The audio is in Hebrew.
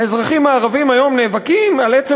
האזרחים הערבים היום נאבקים על עצם